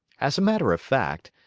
as a matter of fact,